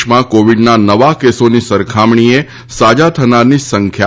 દેશમાં કોવીડના નવા કેસોની સરખામણીએ સાજા થનારની સંખ્યા વધી છે